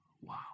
Wow